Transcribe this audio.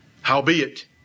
Howbeit